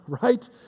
right